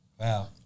Wow